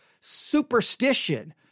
superstition